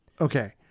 Okay